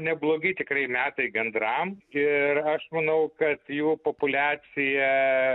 neblogi tikrai metai gandram ir aš manau kad jų populiacija